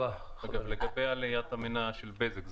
לגבי עליית המניה של בזק.